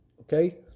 Okay